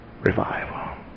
revival